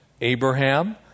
Abraham